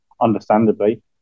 understandably